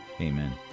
Amen